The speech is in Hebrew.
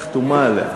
היא חתומה עליה.